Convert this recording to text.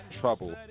trouble